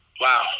Wow